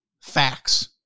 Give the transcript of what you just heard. Facts